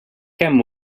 kemm